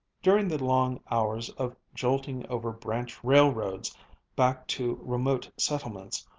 during the long hours of jolting over branch railroads back to remote settlements,